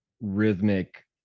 rhythmic